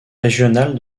régionale